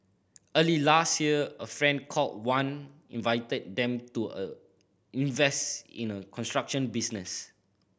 early last year a friend called Wan invited them to invest in a construction business